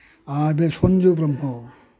आरो बे सनजु ब्रम्ह